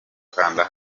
kanda